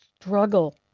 struggle